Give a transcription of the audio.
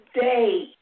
day